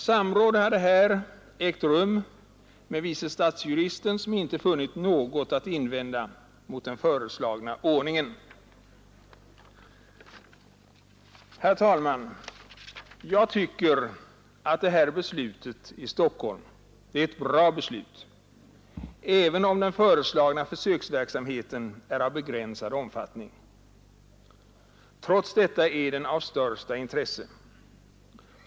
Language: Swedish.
Samråd hade ägt rum med vice stadsjuristen, som inte funnit något att invända mot den föreslagna ordningen. Herr talman! Jag tycker att det här beslutet i Stockholm är ett bra beslut, även om den föreslagna försöksverksamheten är av begränsad omfattning. Trots detta är den av största intresse.